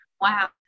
Wow